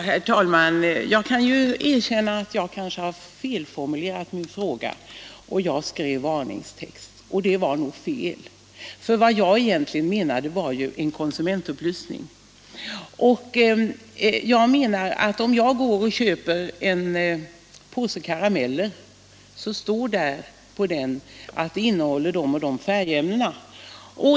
Herr talman! Jag kan erkänna att jag kanske har felformulerat min fråga så till vida att jag där talade om varningstexter. Vad jag egentligen avsåg var en konsumentupplysning. Om jag t.ex. köper en påse karameller, så står det på den att karamellerna innehåller vissa färgämnen.